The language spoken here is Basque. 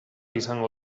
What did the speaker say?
izango